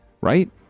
Right